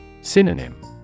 Synonym